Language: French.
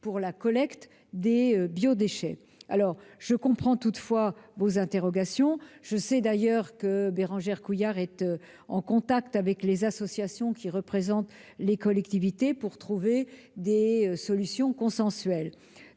pour la collecte des biodéchets. Cela dit, je comprends vos interrogations. Je sais d'ailleurs que Bérangère Couillard est en contact avec les associations qui représentent les collectivités pour trouver des solutions consensuelles.